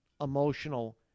emotional